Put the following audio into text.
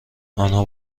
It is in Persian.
آنها